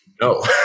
no